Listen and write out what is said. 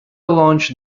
launched